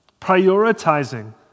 prioritizing